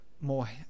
more